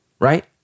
right